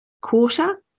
quarter